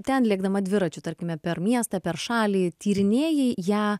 ten lėkdama dviračiu tarkime per miestą per šalį tyrinėjai ją